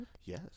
Yes